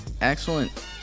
Excellent